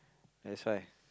that's why